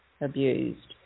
abused